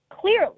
clearly